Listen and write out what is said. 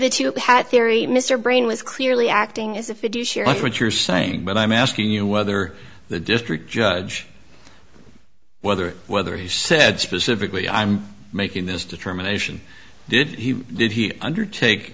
theory mr brain was clearly acting as if it is sure what you're saying but i'm asking you whether the district judge whether whether he said specifically i'm making this determination did he did he undertake